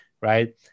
right